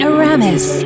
Aramis